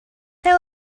there